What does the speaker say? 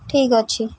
ଠିକ୍ ଅଛି